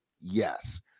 Yes